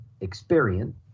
experience